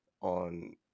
on